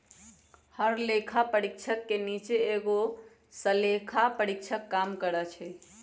हर लेखा परीक्षक के नीचे एगो सहलेखा परीक्षक काम करई छई